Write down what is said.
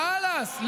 חלאס.